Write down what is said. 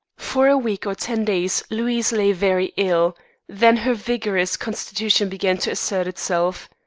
for a week or ten days louise lay very ill then her vigorous constitution began to assert itself.